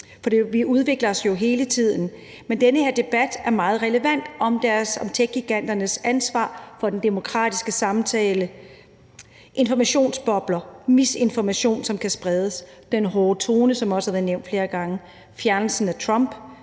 For vi udvikler os jo hele tiden, men den her debat er meget relevant: om techgiganternes ansvar for den demokratiske samtale, informationsbobler, misinformation, som kan spredes, den hårde tone, som også har været nævnt flere gange, fjernelsen af Trump